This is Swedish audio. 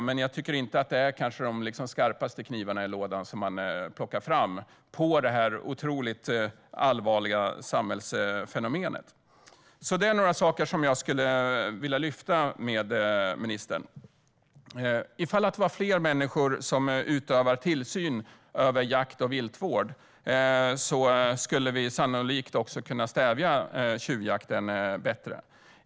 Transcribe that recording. Men jag tycker kanske inte att han plockar fram de skarpaste knivarna i lådan, när det gäller det här otroligt allvarliga samhällsfenomenet. Det är några saker jag skulle vilja lyfta upp med ministern. Ifall fler människor skulle utöva tillsyn över jakt och viltvård skulle vi sannolikt kunna stävja tjuvjakten på ett bättre sätt.